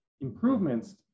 improvements